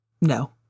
No